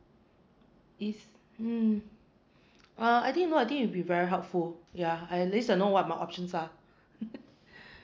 it's mm uh I think no I think you've been very helpful yeah at least I know what my options are